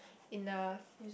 enough